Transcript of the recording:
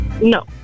No